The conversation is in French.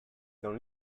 dans